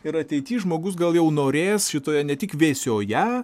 ir ateity žmogus gal jau norės šitoje ne tik vėsioje